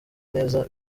neza